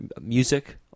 music